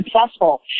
successful